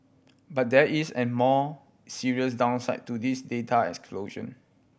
but there is an more serious downside to this data